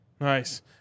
Nice